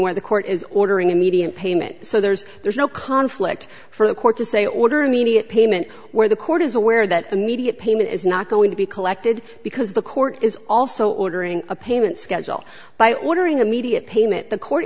where the court is ordering immediate payment so there's there's no conflict for the court to say order immediate payment where the court is aware that immediate payment is not going to be collected because the court is also ordering a payment schedule by ordering immediate payment the court